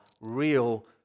real